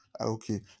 okay